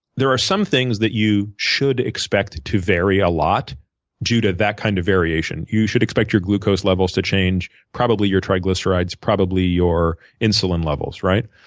there are some things that you should expect to vary a lot due to that kind of variation. you should expect your glucose levels to change, probably your triglycerides, probably your insulin levels, right.